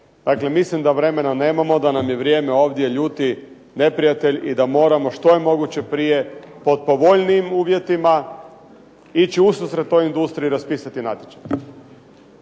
Dakle, mislim da vremena nemamo, da nam je vrijeme ljuti neprijatelj i da moramo što je moguće prije pod povoljnijim uvjetima ići ususret toj industriji i raspisati natječaj.